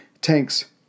tanks